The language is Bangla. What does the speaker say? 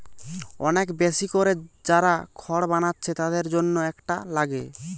অনেক বেশি কোরে যারা খড় বানাচ্ছে তাদের জন্যে এটা লাগে